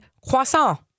croissant